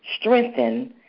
strengthen